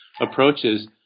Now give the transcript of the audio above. approaches